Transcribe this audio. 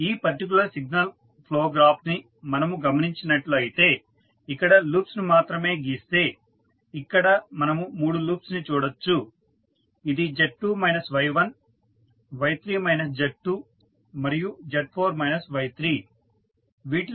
ఈ particular signal flow graph ని మనము గమనించినట్లు అయితే ఇక్కడ లూప్స్ ని మాత్రమే గీస్తే ఇక్కడ మనము మూడు లూప్స్ ని చూడొచ్చు ఇది Z2 minus Y1 Y3 minus Z2 మరియు Z4 మైనస్ Y3